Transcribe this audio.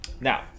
now